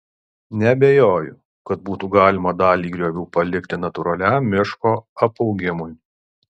neabejoju kad būtų galima dalį griovių palikti natūraliam miško apaugimui